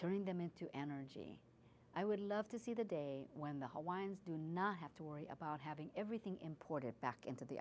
turning them into energy i would love to see the day when the hawaiians do not have to worry about having everything imported back into the